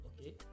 okay